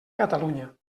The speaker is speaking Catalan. catalunya